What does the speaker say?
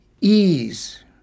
ease